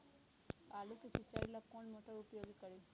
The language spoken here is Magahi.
आलू के सिंचाई ला कौन मोटर उपयोग करी?